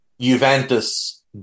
Juventus